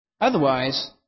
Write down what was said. Otherwise